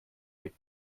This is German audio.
mit